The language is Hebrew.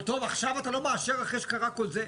עכשיו אתה לא מאשר אחרי שקרה כל זה.